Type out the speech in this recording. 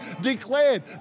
declared